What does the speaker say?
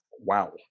Wow